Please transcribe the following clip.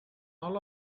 all